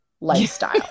lifestyle